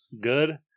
good